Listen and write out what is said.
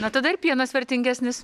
na tada pienas ir vertingesnis